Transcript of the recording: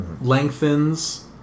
lengthens